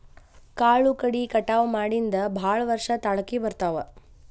ಕಾಳು ಕಡಿ ಕಟಾವ ಮಾಡಿಂದ ಭಾಳ ವರ್ಷ ತಾಳಕಿ ಬರ್ತಾವ